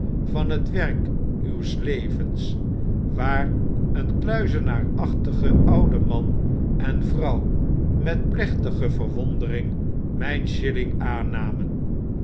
van het werk uws levens waar een kluizenaarsachtige oude man en vrouw metplechtige verwondering myn shilling aannamen